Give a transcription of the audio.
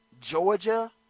Georgia